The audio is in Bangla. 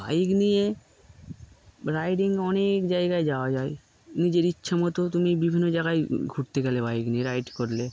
বাইক নিয়ে রাইডিং অনেক জায়গায় যাওয়া যায় নিজের ইচ্ছা মতো তুমি বিভিন্ন জায়গায় ঘুরতে গেলে বাইক নিয়ে রাইড করলে